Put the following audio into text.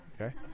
Okay